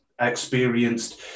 experienced